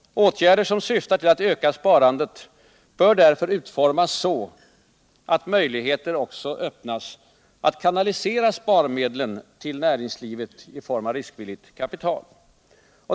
Åtgärder som syftar till att öka sparandet skall därför utformas så, att möjligheter öppnas också för att kanalisera sparmedlen till näringslivet i form av riskvilligt kapital.